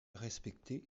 respectée